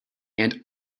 and